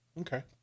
Okay